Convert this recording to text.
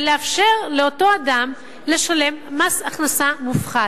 ולאפשר לאותו אדם לשלם מס הכנסה מופחת?